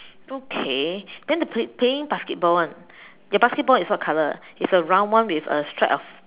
okay then the play playing basketball one your basketball is what color is a round one with a stripe of